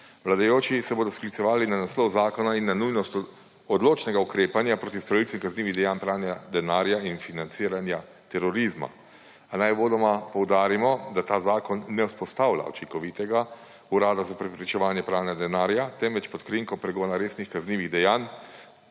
Vladajoči se bodo sklicevali na naslov zakona in na nujnost odločnega ukrepanja proti storilcem kaznivih dejanj pranja denarja in financiranja terorizma, a naj uvodoma poudarimo, da ta zakon ne vzpostavlja učinkovitega Urada za preprečevanje pranja denarja, temveč pod krinko pregona resnih kaznivih dejanj